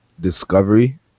discovery